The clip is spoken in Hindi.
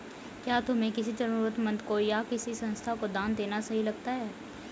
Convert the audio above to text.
क्या तुम्हें किसी जरूरतमंद को या किसी संस्था को दान देना सही लगता है?